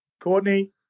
Courtney